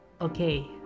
Okay